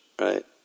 right